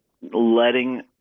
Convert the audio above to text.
letting